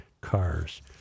cars